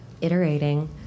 iterating